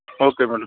okay madam